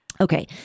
Okay